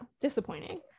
Disappointing